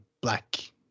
black